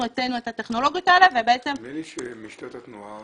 אצלנו את הטכנולוגיות האלה ובעצם --- נדמה לי שמשטרת התנועה,